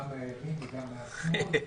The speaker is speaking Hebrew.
גם מן הימין וגם מן השמאל.